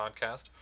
Podcast